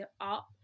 up